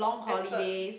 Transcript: effort